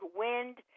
wind